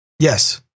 yes